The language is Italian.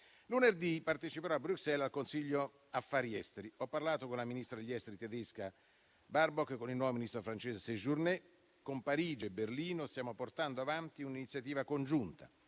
Lunedì parteciperò a Bruxelles al Consiglio affari esteri. Ho parlato con la ministra degli affari esteri tedesca Baerbock e con il nuovo ministro francese Séjourné. Con Parigi e Berlino stiamo portando avanti un'iniziativa congiunta: